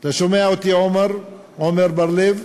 אתה שומע אותי, עמר בר-לב?